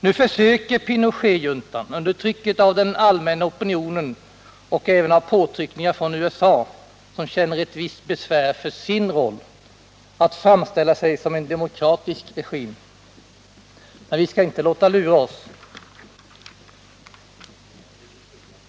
Nu försöker Pinochetjuntan, under trycket av den allmänna opinionen och även på grund av påtryckningar från USA som känner sig besvärad av sin roll i det hela, att framställa sig som en demokratisk regim. Men vi skall inte låta lura oss!